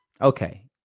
Okay